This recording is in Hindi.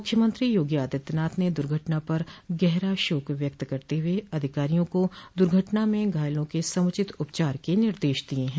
मुख्यमंत्री योगी आदित्यनाथ ने दुर्घटना पर गहरा शोक व्यक्त करते हुए अधिकारियों को दुर्घटना में घायलों के समूचित उपचार के निर्देश दिये हैं